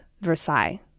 Versailles